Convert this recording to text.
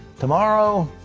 tomorrow,